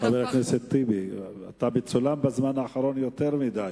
חבר הכנסת טיבי, אתה מצולם בזמן האחרון יותר מדי.